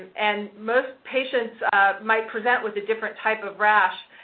and most patients might present with a different type of rash.